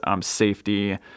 safety